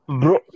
Bro